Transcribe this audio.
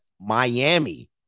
Miami